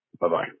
Bye-bye